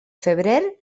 febrer